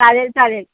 चालेल चालेल